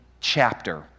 chapter